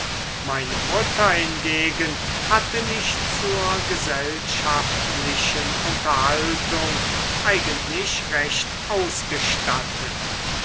meine mutter hingegen hatte mich zur gesellschaftlichen unterhaltung eigentlich recht ausgestattet